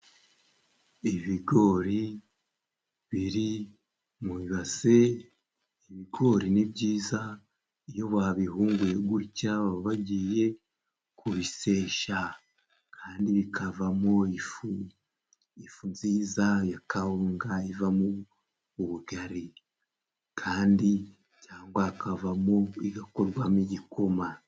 Ibigori biri mu ibase, ibigori ni byiza iyo babihunguye gutya bagiye kubisesha, kandi bikavamo ifu nziza ya kawuga ivamo ubugari, kandi cyangwa hakavamo igakorwamo igikoma.